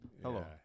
Hello